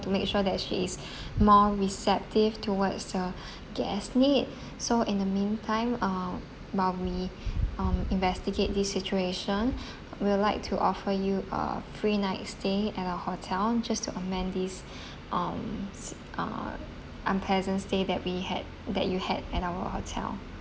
to make sure that she is more receptive towards uh guests' need so in the meantime uh while we um investigate this situation we'll like to offer you a free night stay at our hotel just to amend this um s~ uh unpleasant stay that we had that you had at our hotel